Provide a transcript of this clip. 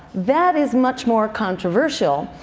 that is much more controversial.